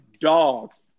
dogs